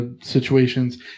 situations